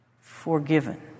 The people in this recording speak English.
forgiven